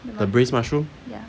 the braised mushroom